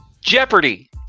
Jeopardy